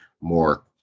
more